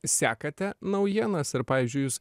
sekate naujienas ir pavyzdžiui jūs